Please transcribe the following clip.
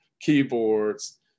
keyboards